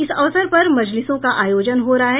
इस अवसर पर मजलिसों का आयोजन हो रहा है